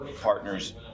partners